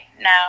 Now